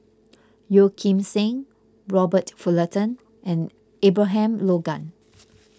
Yeo Kim Seng Robert Fullerton and Abraham Logan